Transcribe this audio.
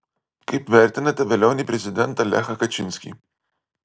kaip vertinate velionį prezidentą lechą kačinskį